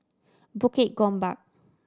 Bukit Gombak